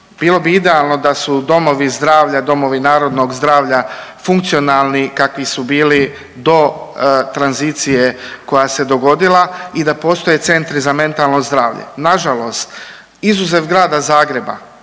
domovi zdravlja, domovi narodnog zdravlja funkcionalni kakvi su bili do tranzicije koja se dogodila i da postoje centri za mentalno zdravlje. Na žalost, izuzev grada Zagreba